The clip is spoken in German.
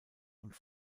und